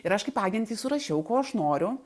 ir aš kaip agentei surašiau ko aš noriu